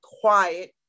quiet